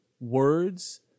words